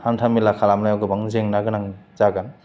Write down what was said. हान्था मेला खालामनायाव गोबां जेंना गोनां जागोन